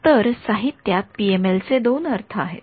तर साहित्यात पीएमएल चे दोन अर्थ आहेत